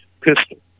pistol